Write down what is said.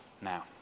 now